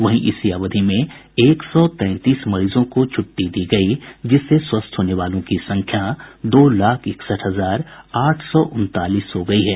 वहीं इसी अवधि में एक सौ तैंतीस मरीजों को छुट्टी दी गयी जिससे स्वस्थ होने वालों की संख्या दो लाख इकसठ हजार आठ सौ उनतालीस हो गयी है